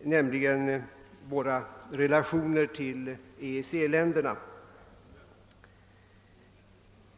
nämligen våra relationer till EEC-länderna.